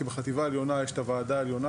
כי בחטיבה העליונה יש את הוועדה העליונה